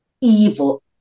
evil